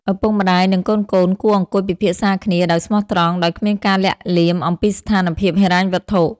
ឪពុកម្ដាយ និងកូនៗគួរអង្គុយពិភាក្សាគ្នាដោយស្មោះត្រង់ ដោយគ្មានការលាក់លៀមអំពីស្ថានភាពហិរញ្ញវត្ថុ។